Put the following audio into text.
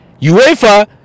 UEFA